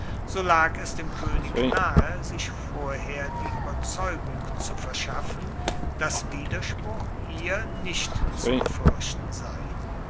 so lag es dem koenig nahe sich vorher die ueberzeugung zu verschaffen dass widerspruch hier nicht zu befuerchten sei